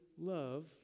love